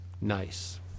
Nice